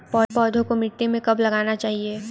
पौधे को मिट्टी में कब लगाना चाहिए?